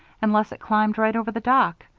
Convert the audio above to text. unless it climbed right over the dock.